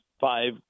five